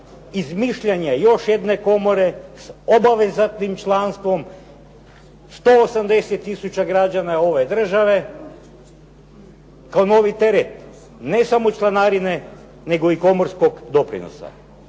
izmišljanja još jedne komore s obavezatnim članstvom 180 tisuća građana ove države kao novi teret, ne samo članarine nego i komorskog doprinosa.